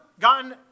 gotten